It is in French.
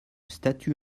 statue